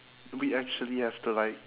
we actually have to like